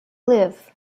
live